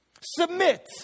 submit